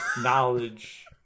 knowledge